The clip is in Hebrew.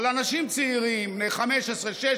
על אנשים צעירים בני 15, 16,